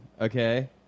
okay